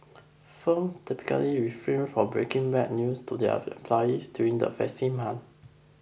firms typically refrain from breaking bad news to their employees during the festive an